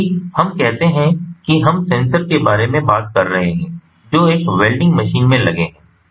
क्योंकि हम कहते हैं कि हम सेंसर के बारे में बात कर रहे हैं जो एक वेल्डिंग मशीन में लगे हैं